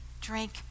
drink